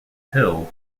hill